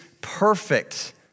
perfect